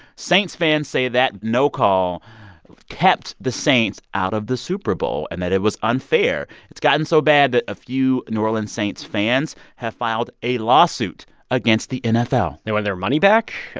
saints fans say that no-call kept the saints out of the super bowl and that it unfair. it's gotten so bad that a few new orleans saints fans have filed a lawsuit against the nfl they want their money back?